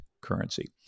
currency